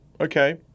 okay